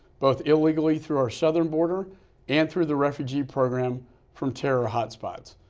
both illegally through our southern border and through the refugee program from terror hot spots.